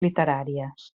literàries